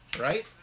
right